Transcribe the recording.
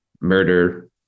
murder